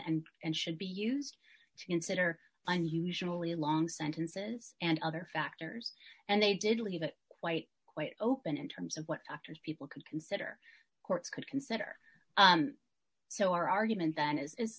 and and should be used to consider unusually long sentences and other factors and they did leave the white quite open in terms of what doctors people could consider courts could consider so our argument then is